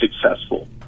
successful